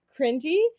cringy